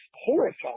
horrifying